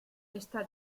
está